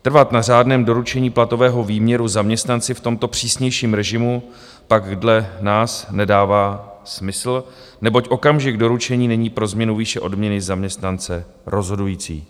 Trvat na řádném doručení platového výměru zaměstnanci v tomto přísnějším režimu pak dle nás nedává smysl, neboť okamžik doručení není pro změnu výše odměny zaměstnance rozhodující.